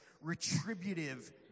retributive